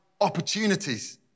opportunities